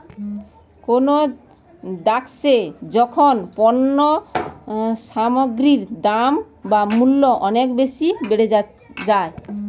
কোনো দ্যাশে যখন পণ্য সামগ্রীর দাম বা মূল্য অনেক বেশি বেড়ে যায়